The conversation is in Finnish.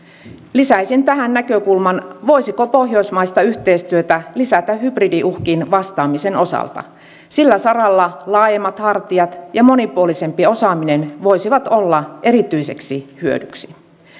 lisäisin tähän näkökulman voisiko pohjoismaista yhteistyötä lisätä hybridiuhkiin vastaamisen osalta sillä saralla laajemmat hartiat ja monipuolisempi osaaminen voisivat olla erityiseksi hyödyksi